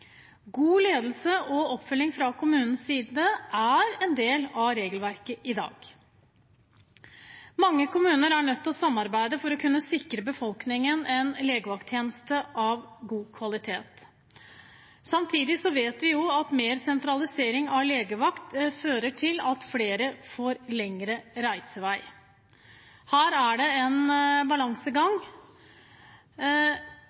God ledelse og oppfølging fra kommunens side er en del av regelverket i dag. Mange kommuner er nødt til å samarbeide for å kunne sikre befolkningen en legevakttjeneste av god kvalitet. Samtidig vet vi at mer sentralisering av legevakt fører til at flere får lengre reisevei. Her er det en balansegang.